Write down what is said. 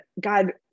God